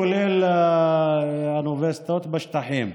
כולל האוניברסיטאות בשטחים.